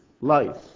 life